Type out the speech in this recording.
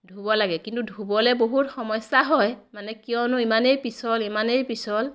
ধুব লাগে কিন্তু ধুবলৈ বহুত সমস্য়া হয় মানে কিয়নো ইমানেই পিছল ইমানেই পিছল